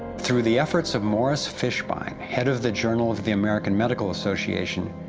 through the efforts of morris fishbein, head of the journal of the american medical association,